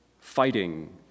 fighting